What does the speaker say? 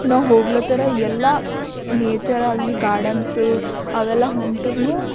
ನಾವು ಹೋಗ್ಲತ್ತರ ಎಲ್ಲ ನೇಚರಾಗ್ಲಿ ಗಾರ್ಡನ್ಸು ಅವೆಲ್ಲ ಹೊಂಟುರ್ನೂ